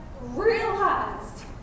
realized